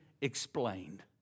explained